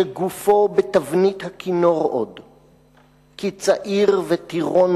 שגופו בתבנית-הכינור עוד:/ כי צעיר וטירון